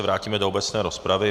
Vrátíme se do obecné rozpravy.